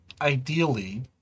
Ideally